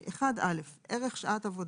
1א. ערך שעת עבודה.